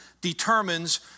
determines